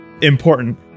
important